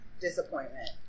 disappointment